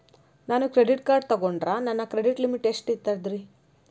ನಾನು credit card ತೊಗೊಂಡ್ರ ನನ್ನ ಕ್ರೆಡಿಟ್ ಲಿಮಿಟ್ ಎಷ್ಟ ಇರ್ತದ್ರಿ?